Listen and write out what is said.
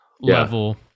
level